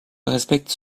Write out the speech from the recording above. respecte